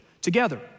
together